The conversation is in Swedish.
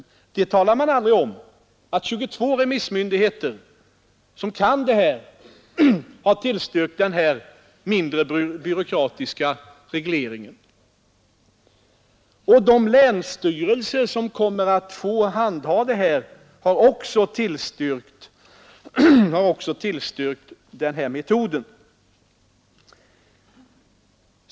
I kritiken mot vårt förslag talar man alltså inte om att 22 remissmyndigheter som kan dessa frågor har tillstyrkt den här mindre byråkratiska regleringen. De länsstyrelser som kommer att handha dessa ärenden har också tillstyrkt den här metoden.